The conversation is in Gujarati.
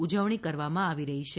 ઉજવણી કરવામાં આવી રહી છે